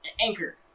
Anchor